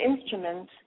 instrument